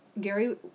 Gary